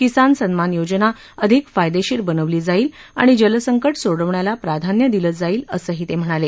किसान सन्मान योजना अधिक फायदेशीर बनवली जाईल आणि जलसंकट सोडवण्याला प्राधान्य दिलं जाईल असंही ते म्हणाले